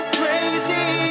crazy